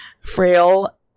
frail